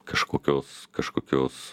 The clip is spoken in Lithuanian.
kažkokios kažkokios